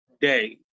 day